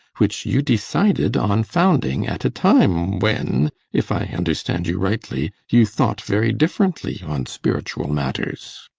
which you decided on founding at a time when if i understand you rightly you thought very differently on spiritual matters.